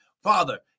Father